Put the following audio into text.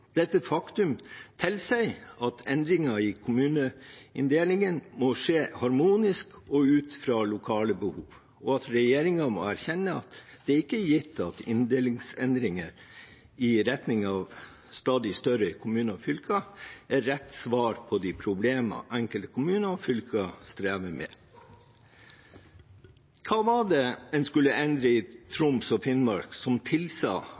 Dette faktumet tilsier at endringer av kommuneinndelingen må skje harmonisk og ut fra lokale behov, og at regjeringen må erkjenne at det ikke er gitt at inndelingsendringer i retning av stadig større kommuner og fylker er rett svar på de problemer enkelte kommuner og fylker strever med. Hva var det en skulle endre i Troms og Finnmark som tilsa